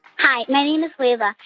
hi. my name is layla.